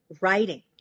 writing